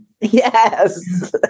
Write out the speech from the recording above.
Yes